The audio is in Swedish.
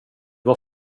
var